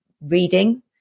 reading